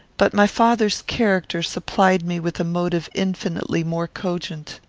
but my father's character supplied me with a motive infinitely more cogent.